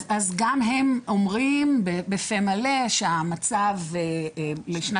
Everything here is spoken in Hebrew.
(הצגת מצגת) אז גם הם אומרים בפה מלא שהמצב לשנת